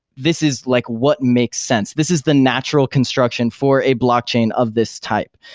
this is like what makes sense. this is the natural construction for a blockchain of this type.